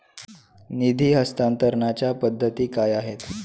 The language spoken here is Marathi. निधी हस्तांतरणाच्या पद्धती काय आहेत?